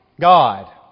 God